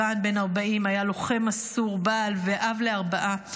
אלירן בן ה-40 היה לוחם מסור, בעל ואב לארבעה.